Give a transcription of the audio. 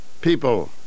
people